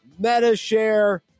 MetaShare